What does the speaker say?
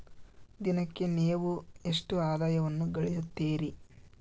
ದಿನಕ್ಕೆ ನೇವು ಎಷ್ಟು ಆದಾಯವನ್ನು ಗಳಿಸುತ್ತೇರಿ?